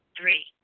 Three